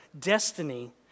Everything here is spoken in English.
destiny